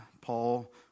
Paul